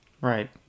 Right